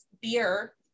beer